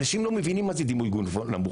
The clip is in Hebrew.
אנשים לא מבינים מה זה דימוי גוף נמוך.